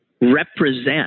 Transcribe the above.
represent